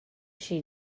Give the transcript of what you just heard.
ﻧﻌﺮه